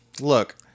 look